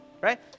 right